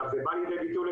זה בא לידי ביטוי,